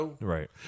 right